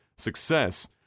success